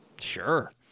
sure